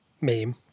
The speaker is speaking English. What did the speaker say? meme